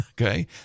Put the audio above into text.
Okay